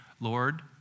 Lord